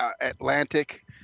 Atlantic